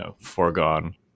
foregone